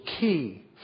key